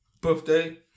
birthday